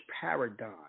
paradigm